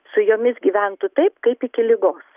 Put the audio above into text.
su jomis gyventų taip kaip iki ligos